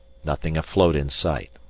nothing afloat in sight.